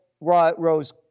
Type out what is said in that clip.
rose